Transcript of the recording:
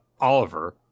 Oliver